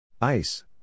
Ice